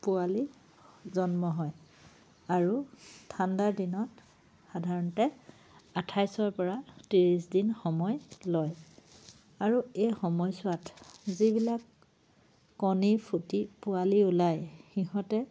পোৱালি জন্ম হয় আৰু ঠাণ্ডাৰ দিনত সাধাৰণতে আঠাইছৰ পৰা ত্ৰিশ দিন সময় লয় আৰু এই সময়ছোৱাত যিবিলাক কণী ফুটি পোৱালি ওলায় সিহঁতে